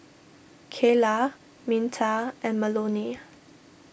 Kayla Minta and Melonie